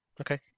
Okay